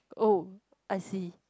oh I see